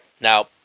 Now